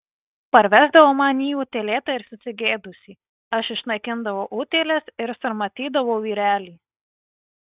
parvesdavo man jį utėlėtą ir susigėdusį aš išnaikindavau utėles ir sarmatydavau vyrelį